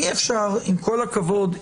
עם כל הכבוד,